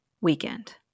weekend